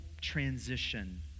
transition